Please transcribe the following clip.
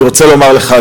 אני רוצה לומר לך,